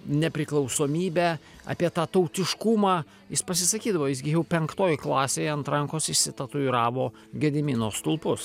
nepriklausomybę apie tą tautiškumą jis pasisakydavo jis gi jų penktoj klasėj ant rankos išsitatuiravo gedimino stulpus